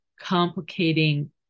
Complicating